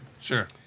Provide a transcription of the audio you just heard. Sure